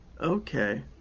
Okay